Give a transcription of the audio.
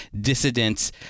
dissidents